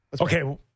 Okay